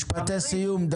משפט סיום: